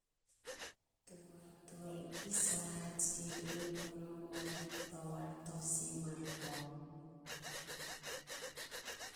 Toa. tol. pisa. hats. ilim. monom, mohit. towal. tosi, malto